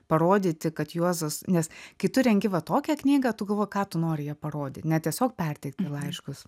parodyti kad juozas nes kai tu rengi va tokią knygą tu galvoji ką tu nori ja parodyt ne tiesiog perteikti laiškus